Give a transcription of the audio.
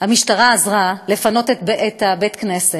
המשטרה עזרה לפנות את בית-הכנסת,